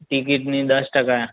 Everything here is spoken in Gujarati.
ટિકિટની દસ ટકા